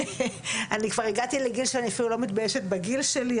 אני כבר הגעתי לגיל שאני אפילו לא מתביישת בגיל שלי,